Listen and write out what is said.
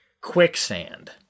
Quicksand